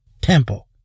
temple